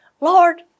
Lord